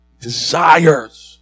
desires